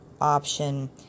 option